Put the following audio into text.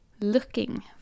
looking